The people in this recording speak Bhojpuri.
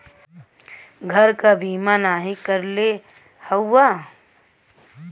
घर क बीमा नाही करइले हउवा